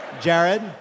Jared